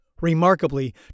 Remarkably